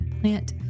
Plant